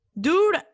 Dude